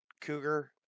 Cougar